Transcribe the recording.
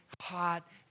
hot